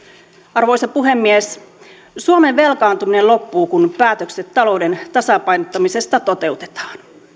arvoisa puhemies suomen velkaantuminen loppuu kun päätökset talouden tasapainottamisesta toteutetaan